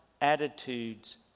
attitudes